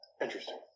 Interesting